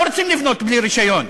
לא רוצים לבנות בלי רישיון.